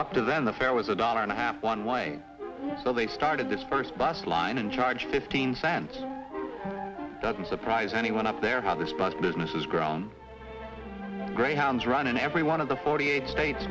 up to then the fare was a dollar and a half one way but they started this first bus line and charge fifteen cents doesn't surprise anyone up there how this bus business has grown greyhounds run in every one of the forty eight states